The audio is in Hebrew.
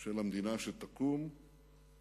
של המדינה שתקום, הוא המפתח בעצם